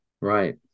right